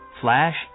flash